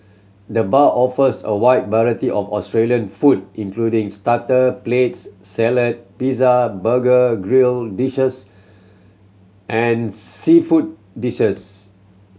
the bar offers a wide variety of Australian food including starter plates salad pizza burger grill dishes and seafood dishes